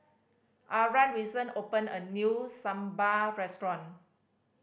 Arah recent opened a new Sambar restaurant